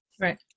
Right